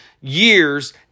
years